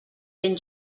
ben